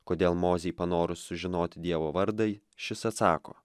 kodėl mozei panorus sužinoti dievo vardą šis atsako